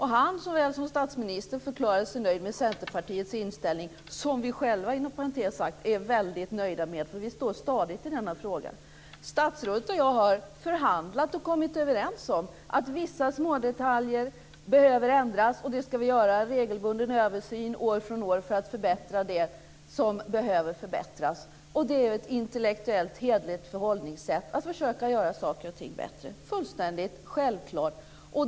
Han såväl som statsministern förklarade sig nöjd med Centerpartiets inställning, som vi själva inom parentes sagt är väldigt nöjda med. Vi står stadigt i denna fråga. Statsrådet och jag har förhandlat och kommit överens om att vissa smådetaljer behöver ändras. Det ska vi göra. Det ska vara en regelbunden översyn år från år för att förbättra det som behöver förbättras. Det är ett intellektuellt hederligt förhållningssätt att försöka göra saker och ting bättre. Det är fullständigt självklart.